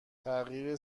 تغییر